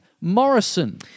Morrison